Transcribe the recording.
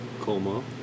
Como